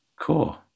Cool